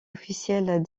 officiels